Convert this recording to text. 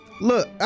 look